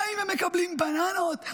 האם הם מקבלים בננות?